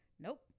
Nope